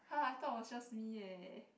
[huh] I thought was just me eh